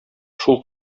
шул